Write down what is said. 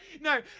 No